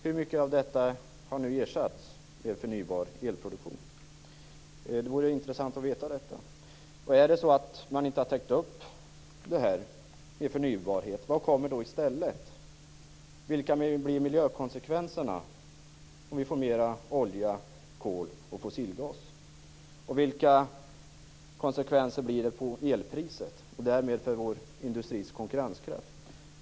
Hur mycket av detta har nu ersatts med förnybar elproduktion? Det vore intressant att få veta detta. Om det är så att man inte har täckt upp med förnybara energikällor, vad kommer då i stället? Vilka blir miljökonsekvenserna om vi får mer olja, kol och fossilgas? Och vilka blir konsekvenserna på elpriset och därmed för vår industris konkurrenskraft?